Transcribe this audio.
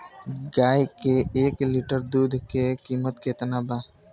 गाय के एक लीटर दूध के कीमत केतना बा?